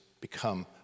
become